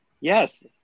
Yes